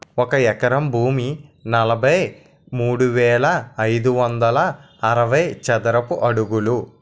ఒక ఎకరం భూమి నలభై మూడు వేల ఐదు వందల అరవై చదరపు అడుగులు